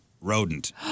rodent